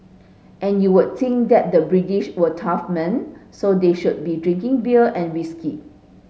and you would think that the British were tough men so they should be drinking beer and whisky